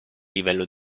livello